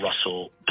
Russell